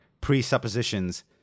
presuppositions